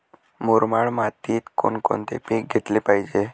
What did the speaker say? मुरमाड मातीत कोणकोणते पीक घेतले पाहिजे?